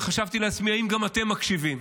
וחשבתי לעצמי אם גם אתם מקשיבים,